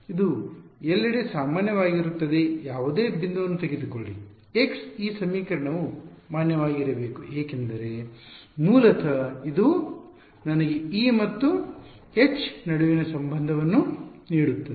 ಇದು ಎಲ್ಲೆಡೆ ಮಾನ್ಯವಾಗಿರುತ್ತದೆ ಯಾವುದೇ ಬಿಂದುವನ್ನು ತೆಗೆದುಕೊಳ್ಳಿ x ಈ ಸಮೀಕರಣವು ಮಾನ್ಯವಾಗಿರಬೇಕು ಏಕೆಂದರೆ ಮೂಲತಃ ಇದು ನನಗೆ E ಮತ್ತು H ನಡುವಿನ ಸಂಬಂಧವನ್ನು ನೀಡುತ್ತದೆ